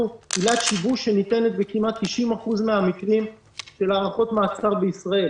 עילת שיבוש שניתנת בכמעט 90% מהמקרים של הארכות מעצר בישראל.